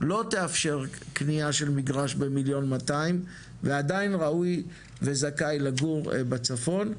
לא תאפשר קניה של מגרש ב1.2 מיליון ועדיין ראוי וזכאי לגור בצפון.